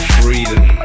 freedom